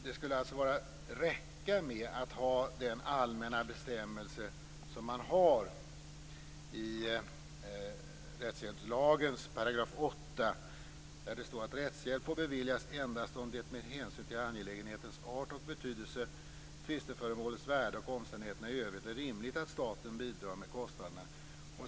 Det skulle alltså räcka med den allmänna bestämmelse som finns i rättshjälpslagens § 8, där det står att rättshjälp får beviljas endast om det med hänsyn till angelägenhetens art och betydelse, tvisteföremålets värde och omständigheterna i övrigt är rimligt att staten bidrar med kostnaderna.